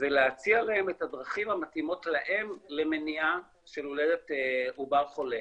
ולהציע להם את הדרכים המתאימות להם למניעה של הולדת עובר חולה.